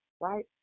right